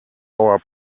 our